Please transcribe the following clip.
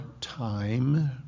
time